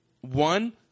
one